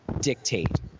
dictate